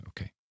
Okay